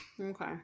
Okay